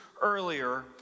earlier